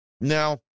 Now